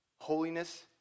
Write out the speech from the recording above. Holiness